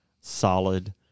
solid